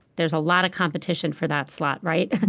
there's a lot of competition for that slot, right? and